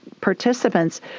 participants